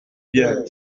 bien